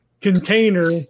container